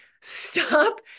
stop